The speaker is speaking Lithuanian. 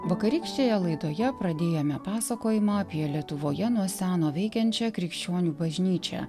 vakarykštėje laidoje pradėjome pasakojimą apie lietuvoje nuo seno veikiančią krikščionių bažnyčią